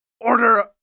Order